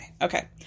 Okay